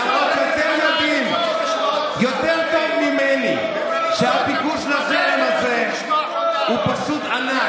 למרות שאתם יודעים יותר טוב ממני שהביקוש לזרם הזה הוא פשוט ענק.